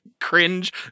cringe